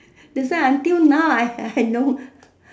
that's why until now I I know